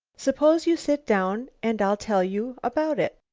suppose you sit down and i'll tell you about it.